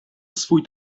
swój